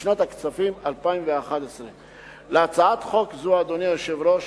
בשנת הכספים 2011. להצעת חוק זו, אדוני היושב-ראש,